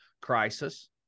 crisis